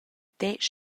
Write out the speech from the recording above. detg